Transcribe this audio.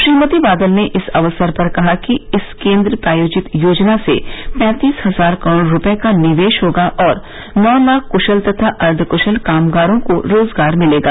श्रीमती बादल ने इस अवसर पर कहा कि इस केन्द्र प्रायोजित योजना से पैंतीस हजार करोड़ रूपये का निवेश होगा और नौ लाख कुशल तथा अर्द्धकुशल कामगारों को रोजगार मिलेगा